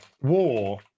War